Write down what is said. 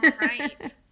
right